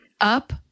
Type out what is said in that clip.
Up